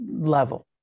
level